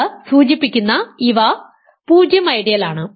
ഇത് സൂചിപ്പിക്കുന്ന ഇവ 0 ഐഡിയലാണ്